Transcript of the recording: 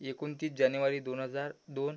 एकोणतीस जानेवारी दोन हजार दोन